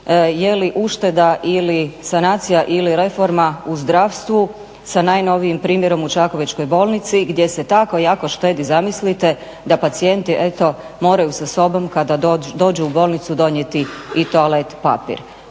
je li ušteda ili sanacija ili reforma u zdravstvu sa najnovijim primjerom u Čakovečkoj bolnici gdje se tako jako štedi zamislite da pacijenti eto moraju sa sobom kada dođu u bolnicu donijeti i toalet papir.